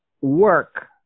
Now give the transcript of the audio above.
work